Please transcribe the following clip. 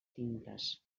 tintes